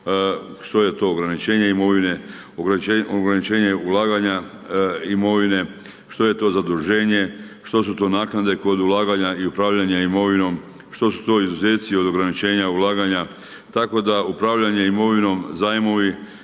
što je to ograničenje imovine, ograničenje ulaganja imovine, što je to zaduženje, što su to naknade kod ulaganja i upravljanje imovinom, što su to izuzeci od ograničenja ulaganja, tako da upravljanje imovinom, zajmovi,